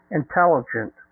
intelligent